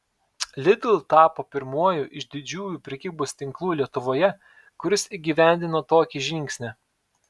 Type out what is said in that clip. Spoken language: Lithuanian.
lidl tapo pirmuoju iš didžiųjų prekybos tinklų lietuvoje kuris įgyvendino tokį žingsnį